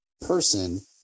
person